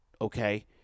okay